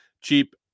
Cheap